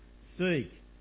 seek